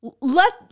let